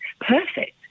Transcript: perfect